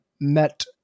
met